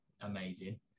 amazing